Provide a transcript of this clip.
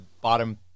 bottom